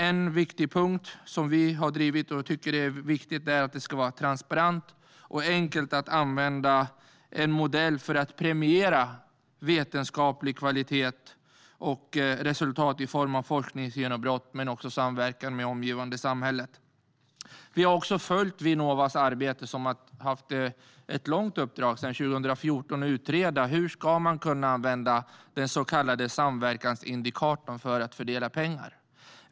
En viktig punkt som vi har drivit och tycker är viktig är att det ska vara transparent och enkelt att använda en modell för att premiera vetenskaplig kvalitet och resultat i form av forskningsgenombrott och samverkan med omgivande samhälle. Liberalerna har också följt Vinnovas arbete. De har haft ett långt uppdrag sedan 2014 att utreda hur den så kallade samverkansindikatorn ska användas för att fördela pengar.